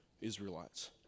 Israelites